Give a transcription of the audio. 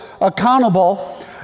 accountable